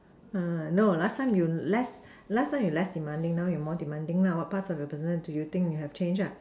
err no last time you less last time you less demanding now you more demanding lah what parts of your personality do you think you have changed ah